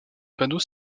panneaux